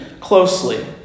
closely